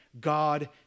God